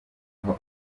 aho